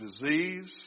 disease